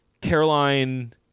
Caroline